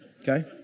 Okay